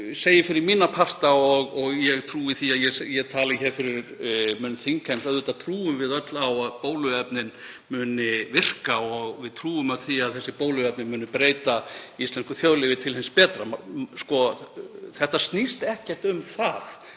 Ég segi fyrir mína parta, og ég trúi því að ég tali fyrir munn þingheims, að auðvitað trúum við öll á að bóluefnin muni virka og við trúum því að þessi bóluefni muni breyta íslensku þjóðlífi til hins betra. Þetta snýst ekkert um það.